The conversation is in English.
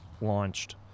launched